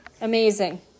Amazing